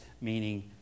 meaning